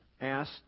asked